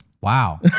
wow